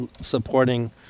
supporting